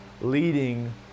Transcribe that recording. leading